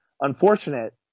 unfortunate